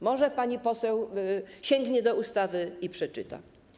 Może pani poseł sięgnie do ustawy i to przeczyta.